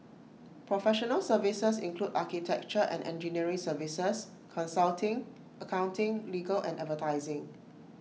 professional services include architecture and engineering services consulting accounting legal and advertising